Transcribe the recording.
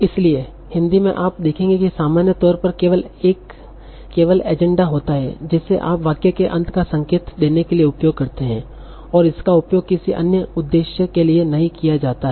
इसलिए हिंदी में आप देखेंगे कि सामान्य तौर पर केवल एजेंडा होता है जिसे आप वाक्य के अंत का संकेत देने के लिए उपयोग करते हैं और इसका उपयोग किसी अन्य उद्देश्य के लिए नहीं किया जाता है